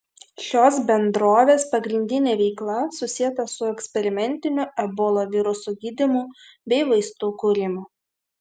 šios bendrovės pagrindinė veikla susieta su eksperimentiniu ebola viruso gydymu bei vaistų kūrimu